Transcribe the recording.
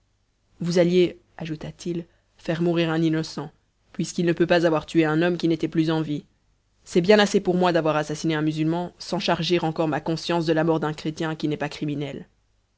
vous alliez ajouta-t-il faire mourir un innocent puisqu'il ne peut pas avoir tué un homme qui n'était plus en vie c'est bien assez pour moi d'avoir assassiné un musulman sans charger encore ma conscience de la mort d'un chrétien qui n'est pas criminel